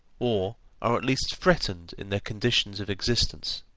or are at least threatened in their conditions of existence.